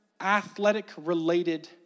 athletic-related